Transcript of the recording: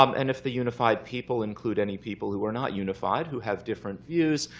um and if the unified people include any people who are not unified, who have different views,